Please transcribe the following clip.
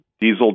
diesel